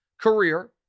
career